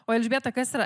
o elžbieta kas yra